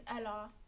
Ella